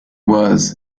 was